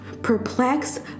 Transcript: perplexed